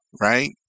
right